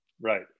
Right